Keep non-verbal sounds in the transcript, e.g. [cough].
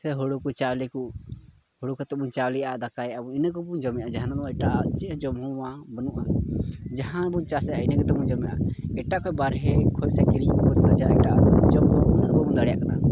ᱥᱮ ᱦᱩᱲᱩ ᱠᱚ ᱪᱟᱣᱞᱮ ᱠᱚ ᱦᱩᱲᱩ ᱠᱟᱛᱮᱫ ᱵᱚᱱ ᱪᱟᱣᱞᱮᱭᱟᱜᱼᱟ ᱫᱟᱠᱟᱭ ᱟᱵᱚᱱ ᱤᱱᱟᱹ ᱠᱚᱜᱮ ᱵᱚᱱ ᱡᱚᱢᱮᱜᱼᱟ ᱡᱟᱦᱟᱱᱟᱜ ᱮᱴᱟᱜᱼᱟ ᱪᱮᱫ ᱦᱚᱸ ᱡᱚᱢᱟᱜ ᱵᱟᱝ ᱵᱟᱹᱱᱩᱜᱼᱟ ᱟᱨ ᱪᱮᱫ ᱦᱚᱸ ᱡᱚᱢ ᱦᱚᱢᱟ ᱵᱟᱹᱱᱩᱜᱼᱟ ᱡᱟᱦᱟᱸ ᱵᱚᱱ ᱪᱟᱥᱮᱜᱼᱟ ᱤᱟᱱᱹ ᱜᱮᱛᱚᱵᱚᱱ ᱡᱚᱢᱮᱜᱼᱟ ᱮᱴᱟᱜᱟ ᱠᱷᱚᱡ ᱵᱟᱦᱨᱮ ᱠᱷᱚᱡ ᱥᱮ ᱠᱤᱨᱤᱧ ᱠᱟᱛᱮᱫ [unintelligible] ᱫᱟᱲᱮᱭᱟᱜ ᱠᱟᱱᱟ